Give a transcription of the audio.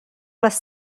les